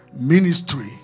Ministry